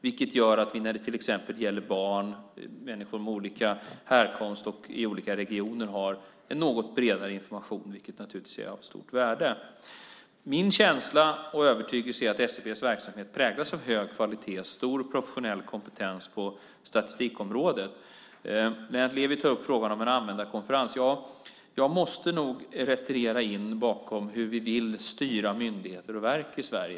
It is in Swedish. Det gör att vi när det till exempel gäller barn, människor med olika härkomst och i olika regioner har en något bredare information, vilket naturligtvis är av stort värde. Min känsla och övertygelse är att SCB:s verksamhet präglas av hög kvalitet och stor professionell kompetens på statistikområdet. Lennart Levi tar upp frågan om en användarkonferens. Jag måste nog retirera in bakom hur vi vill styra myndigheter och verk i Sverige.